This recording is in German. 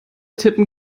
tippen